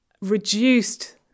reduced